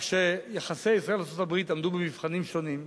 כך שיחסי ישראל ארצות-הברית עמדו במבחנים שונים,